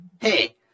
Hey